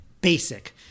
basic